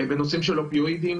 בנושא של אופיואידים,